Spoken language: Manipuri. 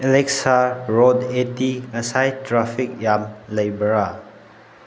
ꯑꯦꯂꯦꯛꯁꯥ ꯔꯣꯠ ꯑꯩꯠꯇꯤ ꯉꯁꯥꯏ ꯇ꯭ꯔꯥꯐꯤꯛ ꯌꯥꯝ ꯂꯩꯕ꯭ꯔꯥ